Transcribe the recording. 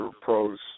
pros